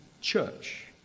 church